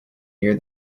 near